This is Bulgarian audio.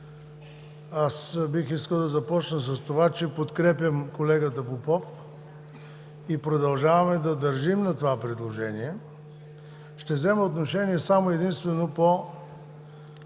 Бих искал да започна с това, че подкрепям колегата Попов и продължаваме да държим на това предложение. Ще взема отношение само и единствено по т.